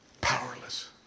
powerless